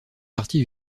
partie